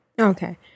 Okay